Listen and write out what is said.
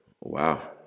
Wow